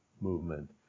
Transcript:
Movement